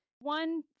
One